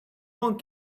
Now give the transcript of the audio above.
won’t